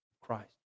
Christ